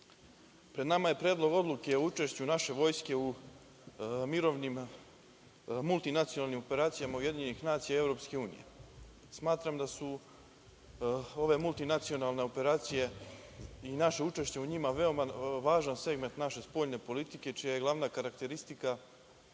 pred nama je Predlog odluke o učešću naše Vojske u multinacionalnim operacijama UN i EU. Smatram da su ove multinacionalne operacije i naše učešće u njima veoma važan segment naše spoljne politike, čija je glavna karakteristika